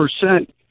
percent